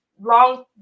long